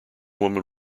woman